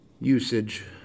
usage